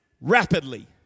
rapidly